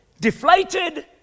deflated